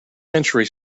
century